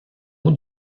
haut